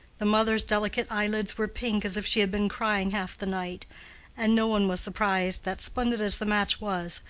the mother's delicate eyelids were pink, as if she had been crying half the night and no one was surprised that, splendid as the match was,